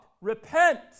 Repent